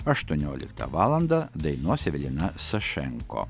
aštuonioliktą valandą dainuos evelina sašenko